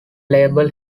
label